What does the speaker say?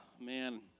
man